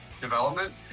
development